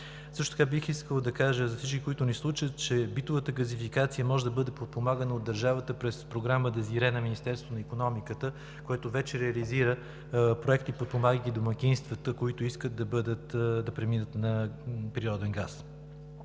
Също така бих искал да кажа за всички, които ни слушат, че битовата газификация може да бъде подпомагана от държавата през Програма „Дезире“ на Министерството на икономиката, което вече реализира проекти, подпомагайки домакинствата, които искат да преминат на природен газ.